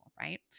right